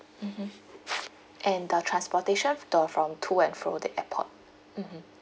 mmhmm and the transportation f~ the from to and fro the airport mmhmm